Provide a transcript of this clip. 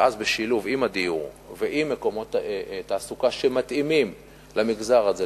ואז בשילוב עם הדיור ועם מקומות תעסוקה שמתאימים למגזר הזה,